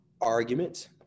arguments